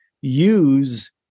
use